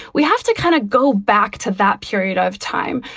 we have to kind of go back to that period of time.